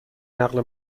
نقل